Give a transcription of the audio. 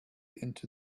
into